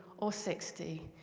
or sixty,